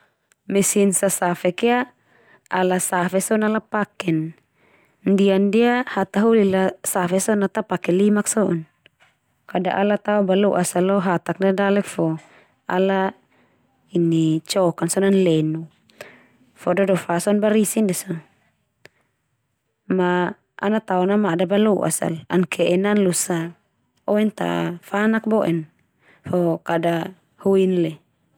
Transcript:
Mesin sasavek ia ala save so na ala paken. Ndia-ndia hataholi la save so na ta pake limak so'on. Kada ala tao balo'as la lo hatak ndia dalek fo ala ini cok an so na ana leno. Fo dodofa so na barisi ndia so ma ana tao namada balo'as al, an ke'e nan losa oen ta fa anak bo'en, fo kada hoin le.